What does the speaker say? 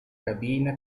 cabina